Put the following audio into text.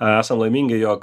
esam laimingi jog